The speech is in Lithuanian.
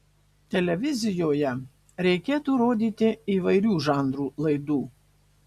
televizijoje reikėtų rodyti įvairių žanrų laidų